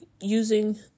using